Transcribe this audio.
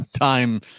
time